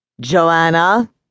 Joanna